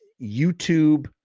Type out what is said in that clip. YouTube